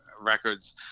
records